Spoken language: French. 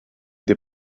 des